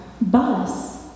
bus